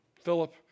Philip